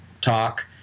talk